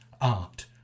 art